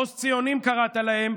"פוסט-ציונים", קראת להם.